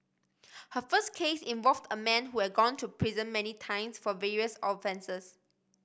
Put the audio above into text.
her first case involved a man who had gone to prison many times for various offences